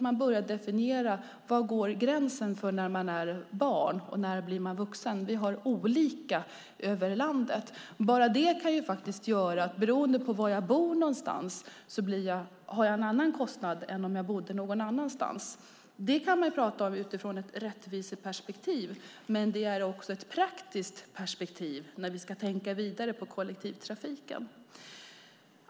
Man ska definiera var gränsen går för när man är barn respektive vuxen. Det ser olika ut i landet, och kostnaden varierar därför beroende på var man bor. Det handlar om ett rättviseperspektiv men också ett praktiskt perspektiv när vi ska tänka vidare på kollektivtrafiken.